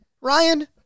Ryan